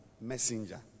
messenger